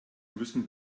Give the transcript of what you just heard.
müssen